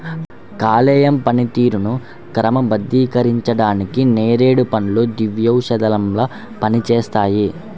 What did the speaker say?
కాలేయం పనితీరుని క్రమబద్ధీకరించడానికి నేరేడు పండ్లు దివ్యౌషధంలా పనిచేస్తాయి